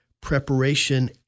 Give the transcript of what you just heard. preparation